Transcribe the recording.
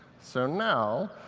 so now,